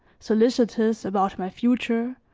solicitous about my future,